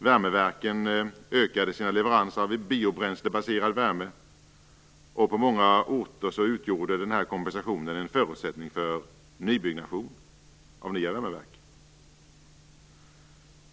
Värmeverken ökade sina leveranser av biobränslebaserad värme, och på många orter utgjorde den här kompensationen en förutsättning för nybyggnation av nya värmeverk.